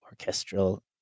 orchestral